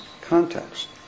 context